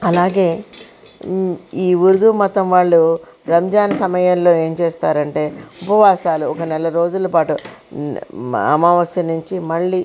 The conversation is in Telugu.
అలాగే ఈ ఉర్ధూ మతం వాళ్ళు రంజాన్ సమయంలో ఏమి చేస్తారంటే ఉపవాసాలు ఒక నెల రోజులు పాటు అమావాస్య నుంచి